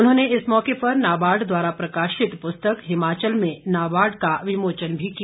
उन्होंने इस मौके पर नाबार्ड द्वारा प्रकाशित पुस्तक हिमाचल में नाबार्ड का विमोचन भी किया